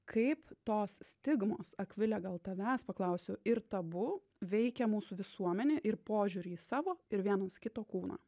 kaip tos stigmos akvile gal tavęs paklausiu ir tabu veikia mūsų visuomenę ir požiūrį į savo ir vienas kito kūną